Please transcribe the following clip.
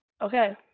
okay